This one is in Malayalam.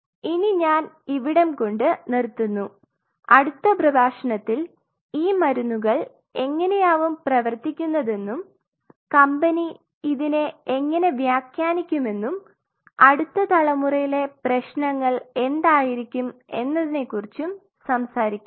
ഇനി ഞാൻ ഇവിടം കൊണ്ട് നിർത്തുന്നു അടുത്ത പ്രഭാഷണത്തിൽ ഈ മരുന്നുകൾ എങ്ങനെയാവും പ്രവർത്തിക്കുന്നതെന്നും കമ്പനി ഇതിനെ എങ്ങനെ വ്യാഖ്യാനിക്കുമെന്നും അടുത്ത തലമുറയിലെ പ്രശ്നങ്ങൾഎന്തായിരിക്കും എന്നതിനെക്കുറിച്ചും സംസാരിക്കാം